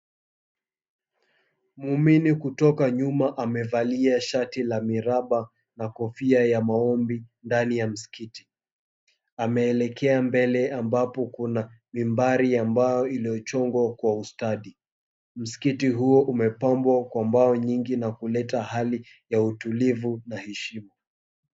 Muumini kutoka nyuma amevalia shati la miraba na kofia ya maombi ndani ya msikiti, ameelekea mbele ambapo kuna mimbari ya mbao iliyochongwa kwa ustadi. Msikiti huo umepambwa kwa mbao nyingi na kuleta hali ya utulivu na heshima.